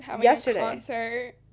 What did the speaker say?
yesterday